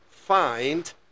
find